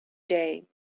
day